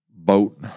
boat